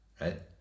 right